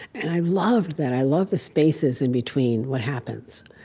and i loved that. i love the spaces in between what happens.